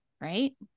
right